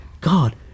god